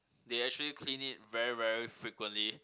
they actually clean it very very frequently